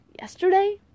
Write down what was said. yesterday